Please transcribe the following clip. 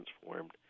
transformed